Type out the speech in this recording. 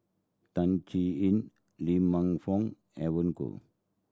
Tan Chin Yin Lee Man Fong Evon Kow